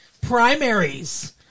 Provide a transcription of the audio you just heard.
Primaries